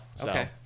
Okay